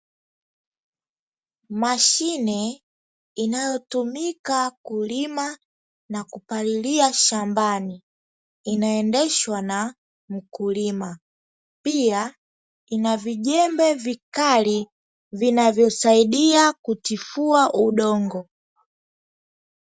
Mashine inayotumika kulima na kupalilia shambani inayoendeshwa na mkulima, pia ina vijembe vikali vinavyosaidia kutifua udongo.